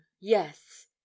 yes